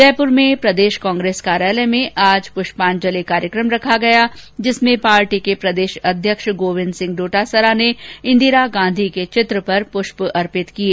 जयपुर में प्रदेश कांग्रेस कार्यालय में आज पृष्पांजलि कार्यक्रम रखा गया जिसमें पार्टी के प्रदेश अध्यक्ष गोविंद सिंह डोटासरा ने इंदिरा गांधी के चित्र पर पुष्प अर्पित किए